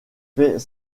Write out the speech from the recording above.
fait